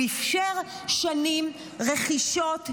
הוא אפשר שנים רכישות,